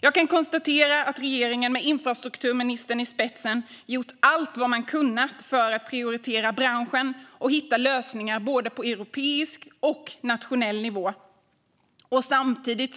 Jag kan konstatera att regeringen, med infrastrukturministern i spetsen, gjort allt vad den kunnat för att prioritera branschen och hitta lösningar på både europeisk och nationell nivå och samtidigt